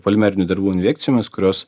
polimerinių dervų injekcijomis kurios